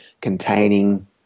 containing –